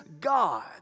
God